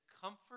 comfort